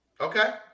okay